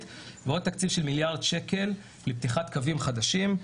ועוד תקציב של מיליארד שקל לפתיחת קווים חדשים.